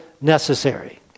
necessary